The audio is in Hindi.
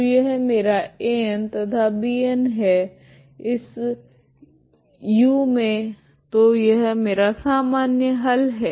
तो यह मेरा An तथा Bn है इस u मे तो यह मेरा सामान्य हल है